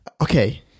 Okay